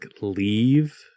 leave